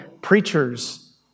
preachers